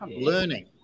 learning